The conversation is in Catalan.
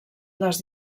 les